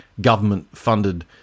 government-funded